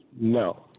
No